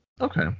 Okay